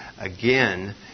again